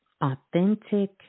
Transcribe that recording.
authentic